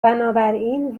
بنابراین